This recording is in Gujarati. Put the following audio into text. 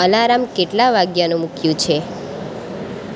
અલાર્મ કેટલા વાગ્યાનું મુક્યું છે